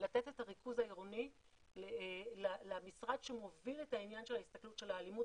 לתת את הריכוז העירוני למשרד שמוביל את העניין של ההסתכלות של האלימות,